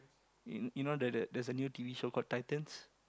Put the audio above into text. you you know the the there's a new t_v show called titans